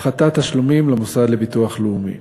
הפחתת תשלומים למוסד לביטוח לאומי,